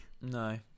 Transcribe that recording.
No